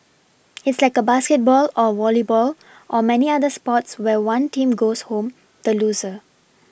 it's like a basketball or volleyball or many other sports where one team goes home the loser